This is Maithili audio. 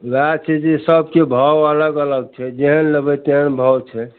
ओएह छै जे सभके भाव अलग अलग छै जेहन लेबै तेहन भाव छै